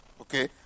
Okay